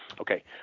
Okay